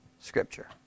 Scripture